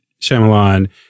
Shyamalan